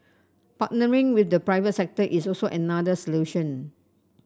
partnering with the private sector is also another solution